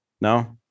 No